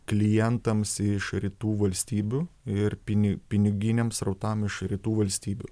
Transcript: klientams iš rytų valstybių ir pini piniginiams srautam iš rytų valstybių